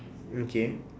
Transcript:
okay